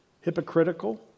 hypocritical